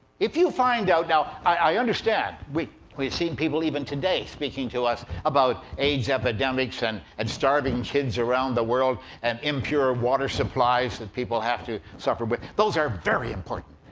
if you find out now i understand. we've we've seen people, even today, speaking to us about aids epidemics and and starving kids around the world and impure water supplies that people have to suffer with. but those are very important,